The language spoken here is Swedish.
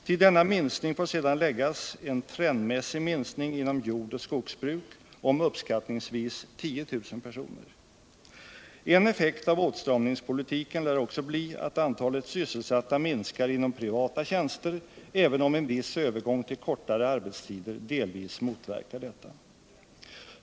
Till denna minskning får sedan läggas en trendmässig minskning inom jordoch skogsbruk om uppskattningsvis 10 000 personer. En effekt av åtstramningspolitiken lär också bli att antalet sysselsatta minskar inom privata tjänster även om en viss övergång till kortare arbetstider delvis motverkar detta.